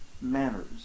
manners